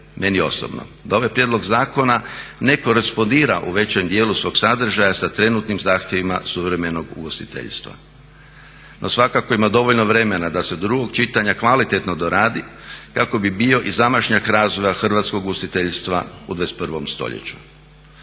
meni osobno da ovaj prijedlog zakona ne korespondira u većem dijelu svog sadržaja sa trenutnim zahtjevima suvremenog ugostiteljstva. No svakako, ima dovoljno vremena da se do drugog čitanja kvalitetno doradi kako bi bio i zamašnjak razvoja hrvatskog ugostiteljstva u 21 stoljeću.